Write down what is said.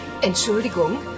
Entschuldigung